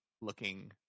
looking